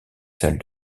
celle